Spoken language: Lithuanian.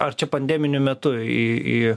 ar čia pandeminiu metu į į